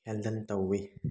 handle ꯇꯧꯋꯤ